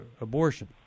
abortion